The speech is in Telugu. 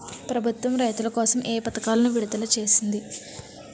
ప్రభుత్వం రైతుల కోసం ఏ పథకాలను విడుదల చేసింది?